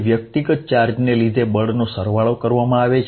તદુપરાંત તમામ બળનો બૈજીક સરવાળો કરવામાં આવે છે